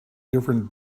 different